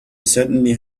certainly